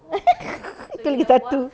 itu lagi satu